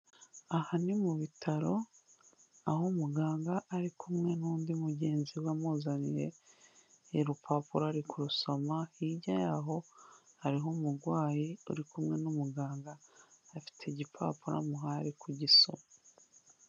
Aha ni mu bitaro, aho umuganga ari kumwe n'undi mugenzi we amuzaniye, urupapuro ari kurusoma, hirya yaho hariho umurwayi, uri kumwe n'umuganga, afite igipapuro amuhaye ari kugisoma.